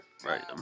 Right